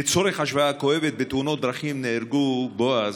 לצורך ההשוואה, בתאונות דרכים נהרגו, בועז,